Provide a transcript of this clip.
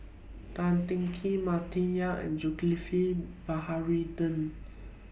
Tan Teng Kee Martin Yan and Zulkifli Baharudin